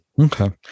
Okay